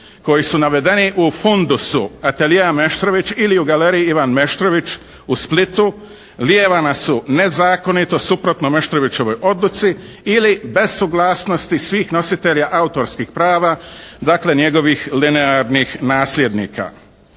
koji su navedeni u fundusu atelijea Meštrović ili u Galeriji "Ivan Meštrović" u Splitu lijevana su nezakonito suprotno Meštrovićevoj odluci ili bez suglasnosti svih nositelja autorskih prava, dakle njegovih linearnih nasljednika.